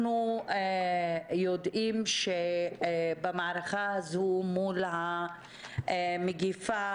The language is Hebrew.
אנחנו יודעים שבמערכה הזאת מול המגפה,